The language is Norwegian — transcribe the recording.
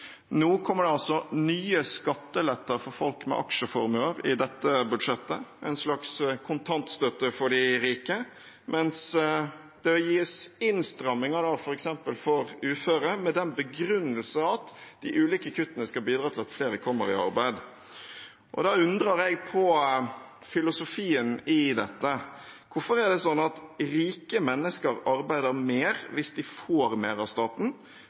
Nå kommer det altså nye skatteletter for folk med aksjeformuer i dette budsjettet, en slags kontantstøtte for de rike, mens det gis innstramminger, f.eks. for uføre, med den begrunnelse at de ulike kuttene skal bidra til at flere kommer i arbeid. Da undrer jeg på filosofien i dette. Hvorfor er det sånn at rike mennesker arbeider mer hvis de får mer av staten,